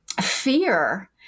fear